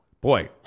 boy